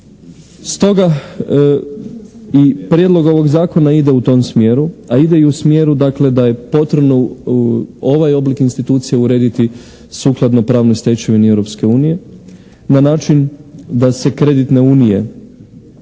Stoga i prijedlog ovog zakona ide u tom smjeru ali ide i u smjeru dakle da je potrebno ovaj oblik institucije urediti sukladno pravnoj stečevini Europske unije na način da se kreditne unije